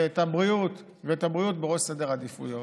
ואת הבריאות בראש סדר העדיפויות.